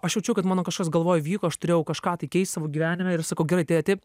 aš jaučiau kad mano kažkas galvoj vyko aš turėjau kažką tai keist savo gyvenime ir sakau gerai tėti taip